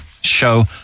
show